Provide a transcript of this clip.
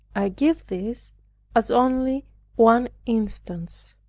i give this as only one instance.